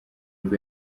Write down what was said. ubwo